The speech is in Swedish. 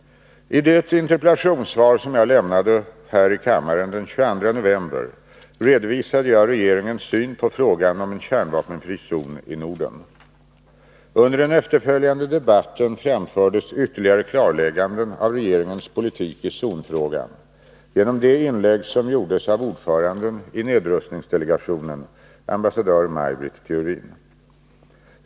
I det interpellationssvar som jag lämnade här i kammaren den 22 november redovisade jag regeringens syn på frågan om en kärnvapenfri zon i Norden. Under den efterföljande debatten framfördes ytterligare klarlägganden av regeringens politik i zonfrågan genom de inlägg som gjordes av ordföranden i nedrustningsdelegationen, ambassadör Maj Britt Theorin.